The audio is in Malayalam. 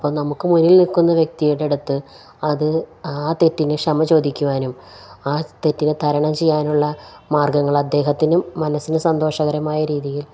അപ്പോള് നമുക്കു മുന്നിൽ നില്ക്കുന്ന വ്യക്തിയുടെയടുത്ത് അത് ആ തെറ്റിനു ക്ഷമ ചോദിക്കുവാനും ആ തെറ്റിനെ തരണം ചെയ്യാനുള്ള മാർഗ്ഗങ്ങൾ അദ്ദേഹത്തിനും മനസ്സിനു സന്തോഷകരമായ രീതിയിൽ